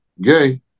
gay